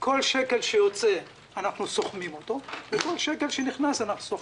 כל שקל שיוצא אנחנו סוכמים אותו וכל שקל שנכנס אנחנו סוכמים.